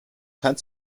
kein